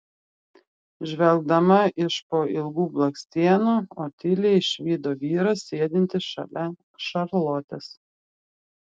žvelgdama iš po ilgų blakstienų otilija išvydo vyrą sėdintį šalia šarlotės